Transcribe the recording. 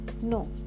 No